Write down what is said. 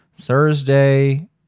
Thursday